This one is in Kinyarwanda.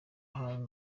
hantu